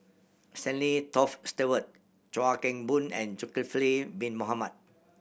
Stanley Toft Stewart Chuan Keng Boon and Zulkifli Bin Mohamed